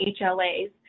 HLAs